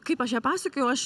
kaip aš ją pasakojau aš